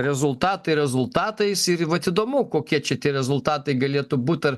rezultatai rezultatais ir į vat įdomu kokie šitie rezultatai galėtų būt ar